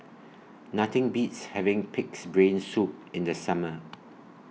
Nothing Beats having Pig'S Brain Soup in The Summer